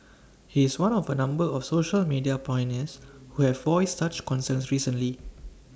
he is one of A number of social media pioneers who have voiced such concerns recently